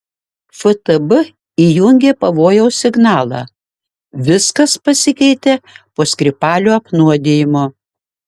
ftb įjungė pavojaus signalą viskas pasikeitė po skripalių apnuodijimo